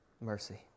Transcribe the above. Mercy